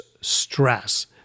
stress